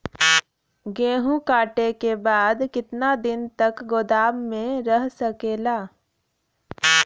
गेहूँ कांटे के बाद कितना दिन तक गोदाम में रह सकेला?